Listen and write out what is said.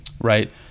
right